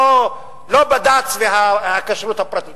לא בד"ץ והכשרות הפרטית.